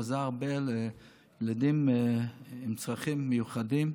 הוא עזר הרבה לילדים עם צרכים מיוחדים,